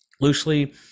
loosely